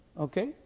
Okay